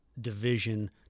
division